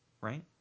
right